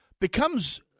becomes